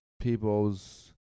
people's